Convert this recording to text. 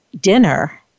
dinner